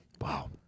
Wow